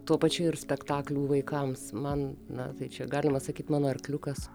tuo pačiu ir spektaklių vaikams man na tai čia galima sakyt mano arkliukas